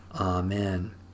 Amen